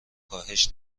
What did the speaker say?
کاهش